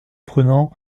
prenant